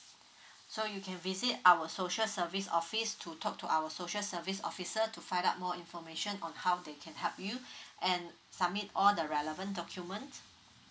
so you can visit our social service office to talk to our social service officer to find out more information on how they can help you and submit all the relevant document